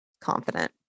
confident